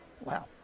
Wow